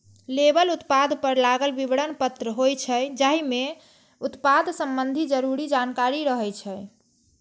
label उत्पाद पर लागल विवरण पत्र होइ छै, जाहि मे उत्पाद संबंधी जरूरी जानकारी रहै छै